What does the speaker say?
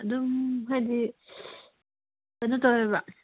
ꯑꯗꯨꯝ ꯍꯥꯏꯗꯤ ꯀꯩꯅꯣ ꯇꯧꯋꯦꯕ